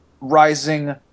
Rising